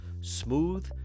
smooth